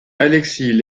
alexis